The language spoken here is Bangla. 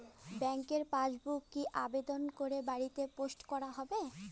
ব্যাংকের পাসবুক কি আবেদন করে বাড়িতে পোস্ট করা হবে?